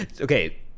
Okay